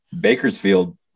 bakersfield